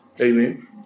amen